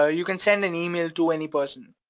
ah you can send an email to any person,